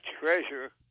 treasure